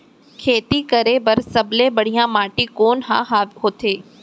खेती करे बर सबले बढ़िया माटी कोन हा होथे?